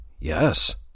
Yes